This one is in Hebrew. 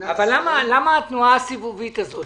למה התנועה הסיבובית הזאת?